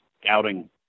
scouting